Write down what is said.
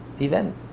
event